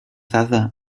dada